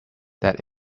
that